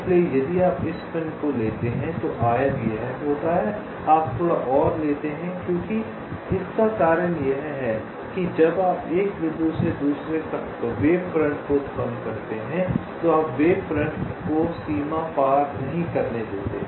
इसलिए यदि आप इस पिन को लेते हैं तो आयत यह होता है आप थोड़ा और लेते हैं क्योंकि इसका कारण यह है कि जब आप एक बिंदु से दूसरे तक वेव फ्रंट को उत्पन्न करते हैं तो आप वेव फ्रंट को सीमा पार नहीं करने देते